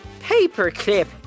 paperclip